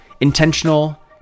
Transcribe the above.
intentional